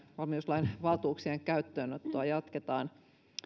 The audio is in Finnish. valmiuslain valtuuksien käyttöönottoa jatketaan